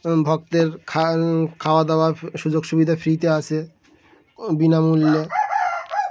ভক্তের খাওয়া দাওয়া সুযোগ সুবিধা ফ্রিতে আসে বিনামূল্যে